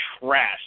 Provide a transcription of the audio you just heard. trash